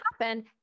happen